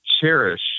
cherish